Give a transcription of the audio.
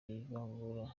ivangura